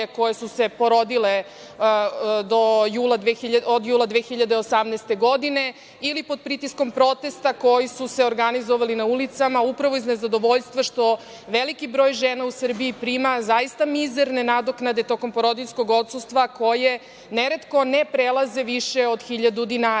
koje su se porodile od jula 2018. godine ili pod pritiskom protesta koji su se organizovali na ulicama upravo iz nezadovoljstva što veliki broj žena u Srbiji prima zaista mizerne nadoknade tokom porodiljskog odsustva, koje neretko ne prelaze više od 1.000 dinara. Dakle,